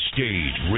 Stage